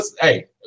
hey